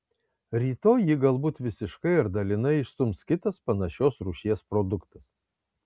rytoj jį galbūt visiškai ar dalinai išstums kitas panašios rūšies produktas